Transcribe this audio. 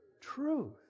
truth